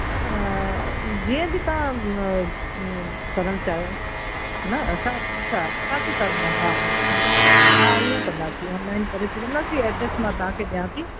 जीअं बि तव्हां करणु चाहियो न असां अच्छा असांखे करिणो आहे हा हा इअं कंदासीं ऑनलाइन करे सघंदासीं एड्रैस मां तव्हांखे ॾियां थी